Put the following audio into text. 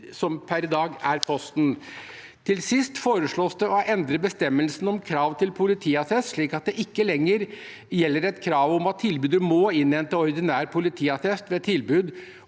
som per i dag er Posten. Til sist foreslås det å endre bestemmelsen om krav til politiattest, slik at det ikke lenger gjelder et krav om at tilbyder må innhente ordinær politiattest ved tilbud